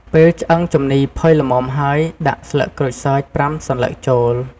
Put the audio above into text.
ពេលឆ្អឹងជំនីរផុយល្មមហើយ ដាក់ ស្លឹកក្រូចសើច ៥ សន្លឹក ចូល។